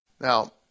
Now